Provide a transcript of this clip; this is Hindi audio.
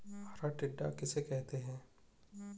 हरा टिड्डा किसे कहते हैं?